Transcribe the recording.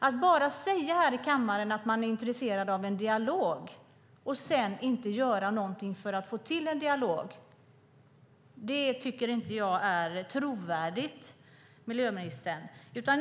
Att bara här i kammaren säga att man är intresserad av en dialog och sedan inte göra något för att få till en dialog tycker jag inte är trovärdigt, miljöministern.